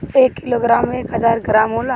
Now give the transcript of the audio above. एक किलोग्राम में एक हजार ग्राम होला